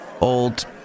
old